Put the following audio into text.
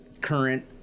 current